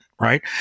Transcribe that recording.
right